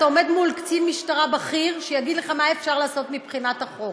אתה עומד מול קצין משטרה בכיר שיגיד לך מה אפשר לעשות מבחינת החוק,